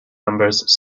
numbers